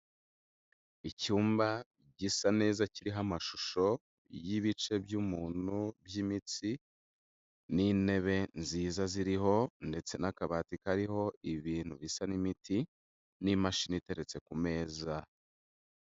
Icyumba gisa neza kiriho amashusho y'ibice by'umuntu by'imitsi n'intebe nziza ziriho ndetse n'akabati kariho ibintu bisa n'imiti n'imashini iteretse ku meza...